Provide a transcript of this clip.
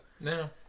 No